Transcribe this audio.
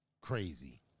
crazy